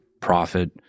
profit